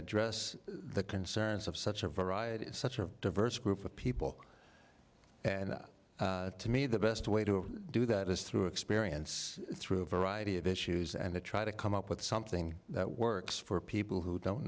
address the concerns of such a variety such a diverse group of people and to me the best way to do that is through experience through a variety of issues and to try to come up with something that works for people who don't